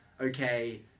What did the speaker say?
okay